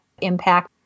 impact